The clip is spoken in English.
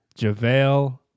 JaVale